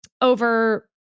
over